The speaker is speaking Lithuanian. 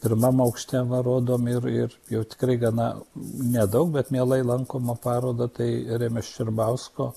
pirmam aukšte va rodom ir ir jau tikrai gana nedaug bet mielai lankomą parodą tai remio ščiurbausko